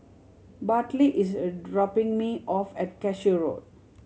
Bartley is a dropping me off at Cashew Road